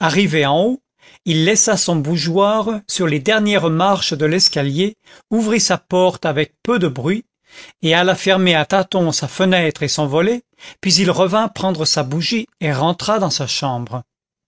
arrivé en haut il laissa son bougeoir sur les dernières marches de l'escalier ouvrit sa porte avec peu de bruit et alla fermer à tâtons sa fenêtre et son volet puis il revint prendre sa bougie et rentra dans sa chambre